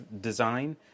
design